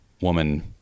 woman